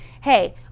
Hey